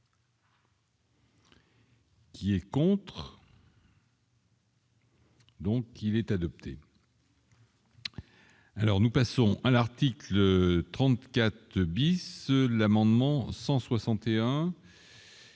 Qui est contre. Donc il est adopté. Alors, nous passons à l'article 34 bis, l'amendement 161.